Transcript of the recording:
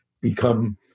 become